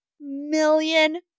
million